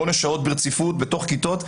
שמונה שעות ברציפות בתוך הכיתות,